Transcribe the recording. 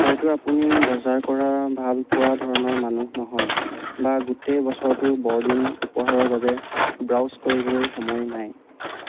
হয়টো আপুনি বজাৰ কৰা ভালপোৱা ধৰণৰ মানুহ নহয় বা গোটেই বছৰটো বৰদিন উপহাৰৰ বাবে ব্ৰাউজ কৰিবলৈ সময় নাই